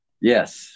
yes